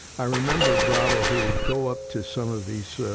i remember bravo, who would go up to some of these,